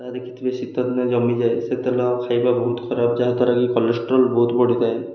ତ ଦେଖିଥିବେ ଶୀତଦିନେ ଜମିଯାଏ ସେ ତେଲ ଖାଇବା ବହୁତ ଖରାପ ଯାହାଦ୍ୱାରା କିି କୋଲେଷ୍ଟ୍ରୋଲ ବହୁତ ବଢ଼ିଥାଏ